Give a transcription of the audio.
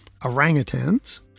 orangutans